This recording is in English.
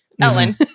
Ellen